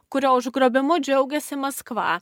kurio užgrobimu džiaugiasi maskva